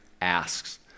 asks